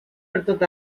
pertot